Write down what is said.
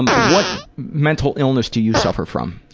um what mental illness do you suffer from?